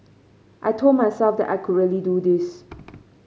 I told myself that I could really do this